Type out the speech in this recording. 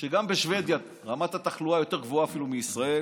שגם בשבדיה רמת התחלואה יותר גבוהה אפילו מישראל,